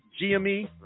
GME